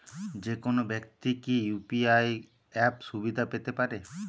যেকোনো ব্যাক্তি কি ইউ.পি.আই অ্যাপ সুবিধা পেতে পারে?